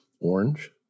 orange